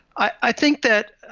i think that